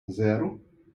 zero